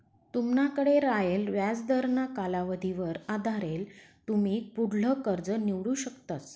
तुमनाकडे रायेल व्याजदरना कालावधीवर आधारेल तुमी पुढलं कर्ज निवडू शकतस